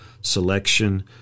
selection